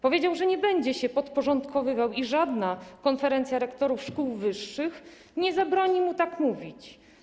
Powiedział, że nie będzie się podporządkowywał i żadna konferencja rektorów szkół wyższych nie zabroni mu tak mówić.